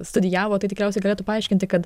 studijavo tai tikriausiai galėtų paaiškinti kad